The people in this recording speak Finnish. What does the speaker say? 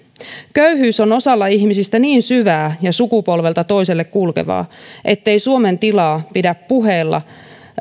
köyhyys on osalla ihmisistä niin syvää ja sukupolvelta toiselle kulkevaa ettei suomen tilaa pidä